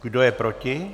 Kdo je proti?